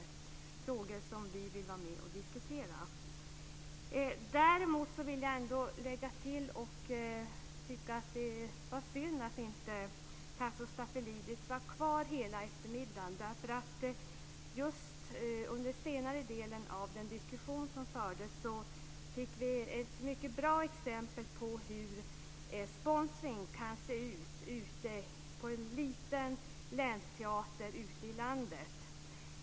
Det är frågor som vi vill vara med och diskutera. Jag vill tillägga att det var synd att inte Tasso Stafilidis satt kvar hela eftermiddagen. Under senare delen av den diskussion som fördes fick vi ett mycket bra exempel på hur sponsring kan se ut på en liten länsteater ute i landet.